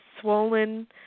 swollen